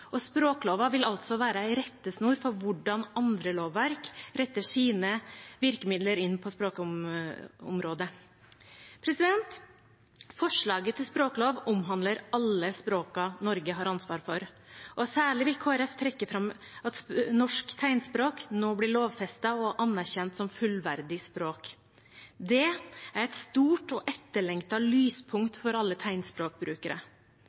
og språkloven vil altså være en rettesnor for hvordan andre lovverk retter sine virkemidler inn på språkområdet. Forslaget til språklov omhandler alle språkene Norge har ansvar for, og Kristelig Folkeparti vil særlig trekke fram at norsk tegnspråk nå blir lovfestet og anerkjent som fullverdig språk. Det er et stort og